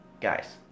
guys